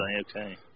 Okay